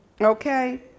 Okay